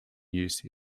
use